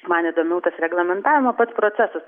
man įdomiau tas reglamentavimo pats procesas